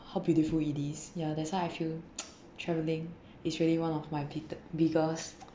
how beautiful it is ya that's why I feel travelling is really one of my bit~ biggest